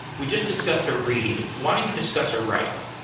we just discussed a read. why don't you discuss a write?